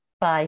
Bye